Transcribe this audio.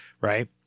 right